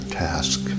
task